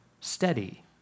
Steady